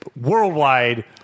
worldwide